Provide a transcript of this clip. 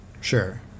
sure